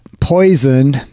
poison